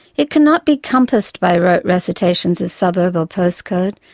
it cannot be compassed by rote recitations of suburb or post code,